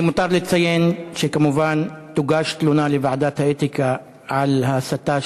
למותר לציין שכמובן תוגש תלונה לוועדת האתיקה על הסתה,